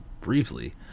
briefly